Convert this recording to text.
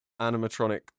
Animatronic